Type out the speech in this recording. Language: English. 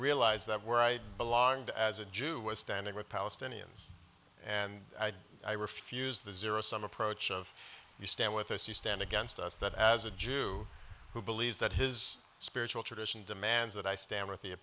realize that we're right belonged as a jew was standing with palestinians and i refuse the zero sum approach of you stand with us you stand against us that as a jew who believes that his spiritual tradition demands that i stand with